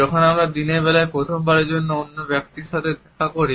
যখন আমরা দিনের বেলায় প্রথমবারের মতো অন্য ব্যক্তির সাথে দেখা করি